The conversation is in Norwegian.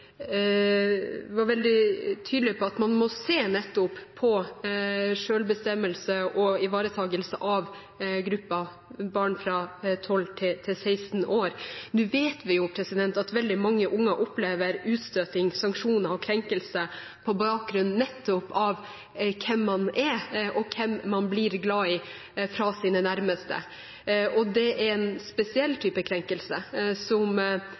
var veldig tydelig på at man må se på nettopp selvbestemmelse og ivaretakelse av gruppen barn fra 12 til 16 år. Nå vet vi at veldig mange unge opplever utstøting, sanksjoner og krenkelser, nettopp på bakgrunn av hvem man er, og hvem man blir glad i, fra sine nærmeste. Det er en spesiell type krenkelse, som